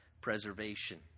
preservation